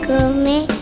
come